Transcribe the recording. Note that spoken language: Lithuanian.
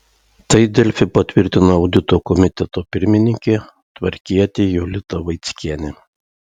tai delfi patvirtino audito komiteto pirmininkė tvarkietė jolita vaickienė